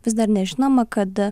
vis dar nežinoma kad